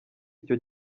icyo